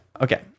okay